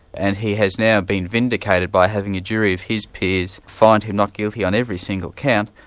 and he has now been vindicated by having a jury of his peers find him not guilty on every single count,